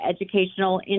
educational